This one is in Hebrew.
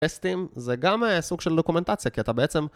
טסטים זה גם סוג של דוקומנטציה, כי אתה בעצם...